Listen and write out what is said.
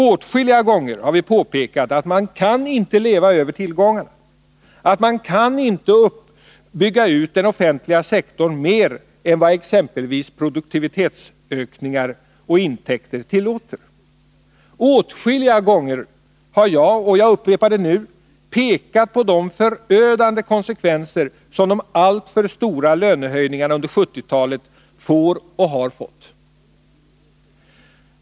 Åtskilliga gånger har vi påpekat att man inte kan leva över tillgångarna, att man inte kan bygga ut den offentliga sektorn mer än vad exempelvis produktivitetsökningar och intäkter tillåter. Åtskilliga gånger har jag — och jag upprepar det nu — pekat på de förödande konsekvenser som de alltför stora lönehöjningarna under 1970-talet har fått och får.